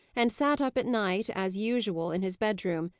and sat up at night as usual in his bedroom,